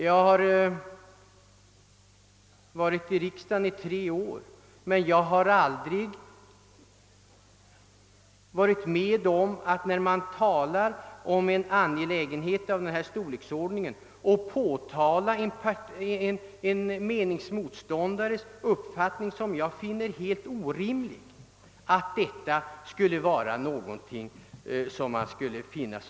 Jag har varit i riksdagen i tre år, men jag har aldrig upplevt att det i en angelägenhet av denna storleksordning betecknats som anmärkningsvärt att en riksdagsman vänder sig mot en meningsmotståndares uppfattning, som han finner helt orimlig.